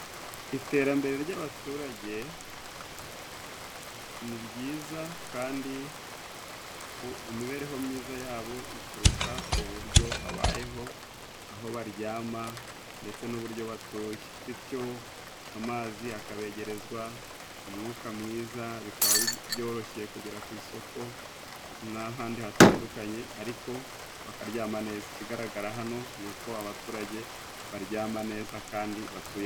Iterambere ry'abaturage ni ryiza kandi ku mibereho myiza yabo ituruka ku buryo babayeho, aho baryama, ndetse n'uburyo batuye. Bityo amazi akabegerezwa, umwuka mwiza, bikaba byoroshye kugera ku isoko n'ahandi hatandukanye. Ariko bakaryama neza. Ikigaragara hano ni uko abaturage baryama neza kandi batuye...